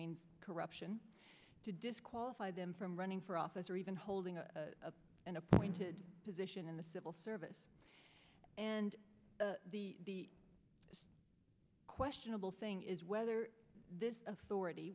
means corruption to disqualify them from running for office or even holding an appointed position in the civil service and the questionable thing is whether this authority